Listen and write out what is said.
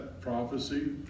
prophecy